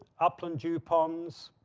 upland dew ponds,